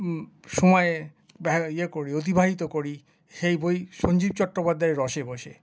সময়ে ইয়ে করি অতিবাহিত করি সেই বই সঞ্জীব চট্টোপাধ্যায়ের রসেবশে